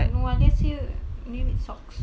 no unless dia name it socks